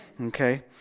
okay